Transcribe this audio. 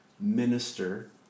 Minister